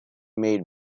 made